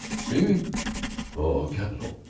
scenery? oh, capital.